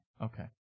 Okay